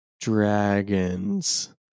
dragons